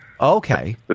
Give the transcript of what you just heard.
okay